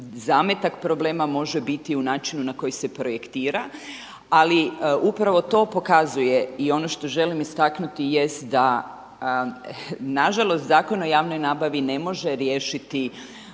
zametak problema može biti u načinu na koji se projektira ali upravo to pokazuje i ono što želim istaknuti jest da nažalost Zakon o javnoj nabavi ne može riješiti